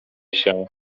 się